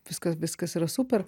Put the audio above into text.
viskas viskas yra super